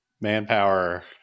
manpower